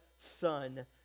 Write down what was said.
son